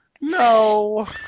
No